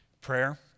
Prayer